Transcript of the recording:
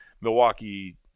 Milwaukee